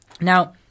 Now